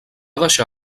deixar